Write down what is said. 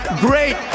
great